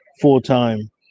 full-time